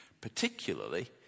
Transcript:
particularly